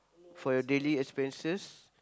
for your daily expenses